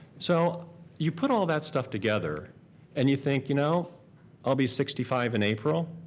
so you put all that stuff together and you think you know i'll be sixty five in april,